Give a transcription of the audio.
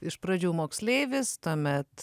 iš pradžių moksleivis tuomet